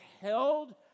held